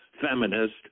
feminist